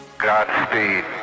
Godspeed